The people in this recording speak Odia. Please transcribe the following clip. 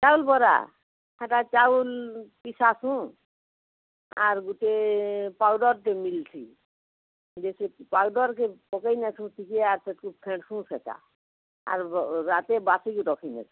ଚାଉଲ୍ ବରା ସେଟା ଚାଉଲ୍ ପିସାସୁଁ ଆର୍ ଗୁଟେ ପାଉଡ଼ର୍ଟେ ମିଲ୍ସି ଯେ ସେ ପାଉଡ଼ର୍କେ ପକେଇ ନେସୁ ଟିକେ ଆର୍ ସେତକି ଫେଣ୍ଟସୁଁ ସେଟା ଆଉ ର ରାତିରେ ବାଟିକି ରଖିଦେସୁଁ